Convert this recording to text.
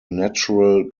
natural